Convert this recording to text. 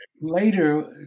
Later